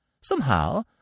Somehow